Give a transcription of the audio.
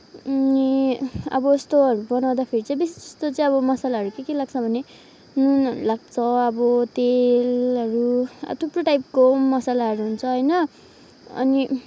अनि अब यस्तोहरू बनाउँदाखेरि चाहिँ बेसी जस्तो चाहिँ आब मसालाहरू के के लाग्छ भने नुनहरू लाग्छ अब तेलहरू थुप्रो टाइपको मसलाहरू हुन्छ होइन अनि